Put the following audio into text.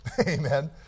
Amen